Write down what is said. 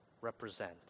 represent